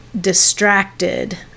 distracted